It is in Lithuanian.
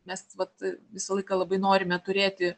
nes vat visą laiką labai norime turėti